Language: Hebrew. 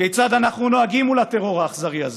כיצד אנחנו נוהגים מול הטרור האכזרי הזה,